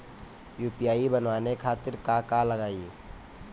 UPI बनावे खातिर का का लगाई?